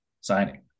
signing